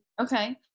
Okay